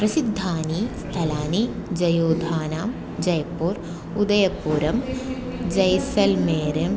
प्रसिद्धानि स्थलानि जयोधानां जयपुरम् उदयपुरं जैसल्मेरम्